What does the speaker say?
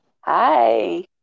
Hi